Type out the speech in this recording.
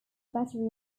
battery